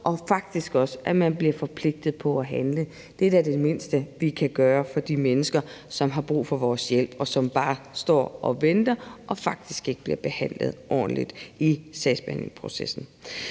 og faktisk også betyde, at man blev forpligtet til at handle. Det er da det mindste, vi kan gøre for de mennesker, som har brug for vores hjælp, og som bare står og venter og faktisk ikke bliver behandlet ordentligt i sagsbehandlingsprocessen.